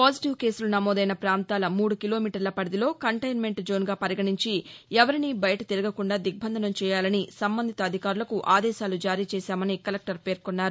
positive కేసులు నమోదైన ప్రాంతాల మూడు కిలోమీటర్ల పరిధిలో కంటైన్నెంట్ జోన్గా పరిగణించి ఎవరిని బయట తిరగకుండా దిగ్బంధనం చేయాలని సంబంధిత అధికారులకు ఆదేశాలు జారీ చేశామని కలెక్టర్ పేర్కొన్నారు